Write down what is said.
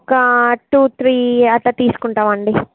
ఒక two three అట్లా తీసుకుంటాం అండి